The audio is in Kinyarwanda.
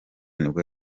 nibwo